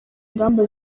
ingamba